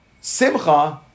Simcha